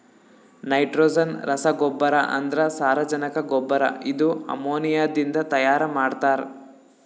nitrogen ರಸಗೊಬ್ಬರ ಅಂದ್ರ ಸಾರಜನಕ ಗೊಬ್ಬರ ಇದು ಅಮೋನಿಯಾದಿಂದ ತೈಯಾರ ಮಾಡ್ತಾರ್